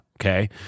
okay